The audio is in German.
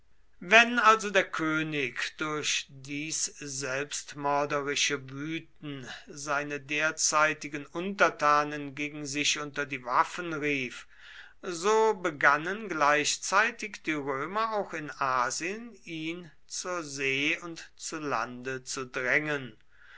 wenn also der könig durch dies selbstmörderische wüten seine derzeitigen untertanen gegen sich unter die waffen rief so begannen gleichzeitig die römer auch in asien ihn zur see und zu lande zu drängen